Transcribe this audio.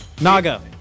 Naga